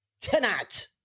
tonight